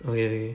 okay okay